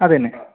അതു തന്നെ